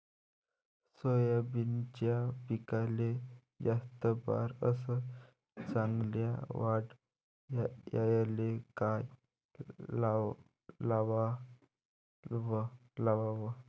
सोयाबीनच्या पिकाले जास्त बार अस चांगल्या वाढ यायले का कराव?